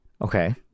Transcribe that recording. Okay